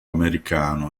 americano